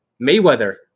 Mayweather